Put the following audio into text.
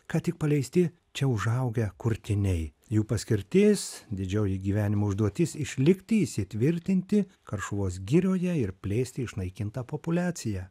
ką tik paleisti čia užaugę kurtiniai jų paskirtis didžioji gyvenimo užduotis išlikti įsitvirtinti karšuvos girioje ir plėsti išnaikintą populiaciją